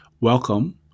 Welcome